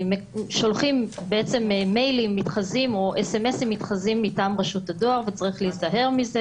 ששולחים מיילים או מסרונים מתחזים מטעם רשות הדואר וצריך להיזהר מזה.